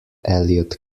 elliott